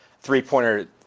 three-pointer